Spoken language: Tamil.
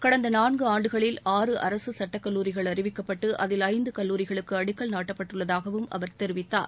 கடந்த நான்கு ஆண்டுகளில் ஆறு அரசு சுட்டக்கல்லூரிகள் அறிவிக்கப்பட்டு அதில் ஐந்து கல்லூரிகளுக்கு அடிக்கல் நாட்டப்பட்டுள்ளதாகவும் அவர் தெரிவித்தார்